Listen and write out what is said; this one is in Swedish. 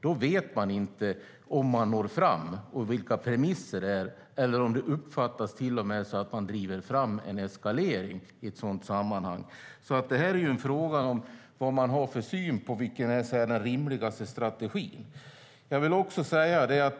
Då vet man inte om man når fram och vilka premisser som gäller eller om det till och med uppfattas som en eskalering i ett sådant sammanhang. Det är fråga om vilken syn man har på vad den rimligaste strategin är.